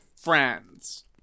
friends